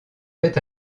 fait